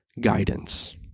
guidance